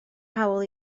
hawl